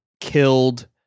killed